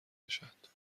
باشد